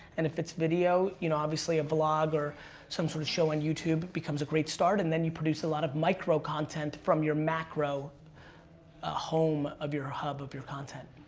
and if it's video, you know obviously a vlog or some sort of show on youtube becomes a great start, and then you produce a lot of micro content from your macro ah home of your ah hub of your content.